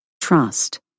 trust